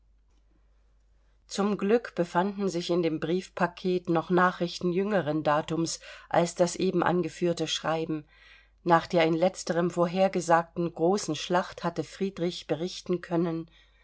zum glück befanden sich in dem briefpaket noch nachrichten jüngeren datums als das eben angeführte schreiben nach der in letzterem vorhergesagten großen schlacht hatte friedrich berichten können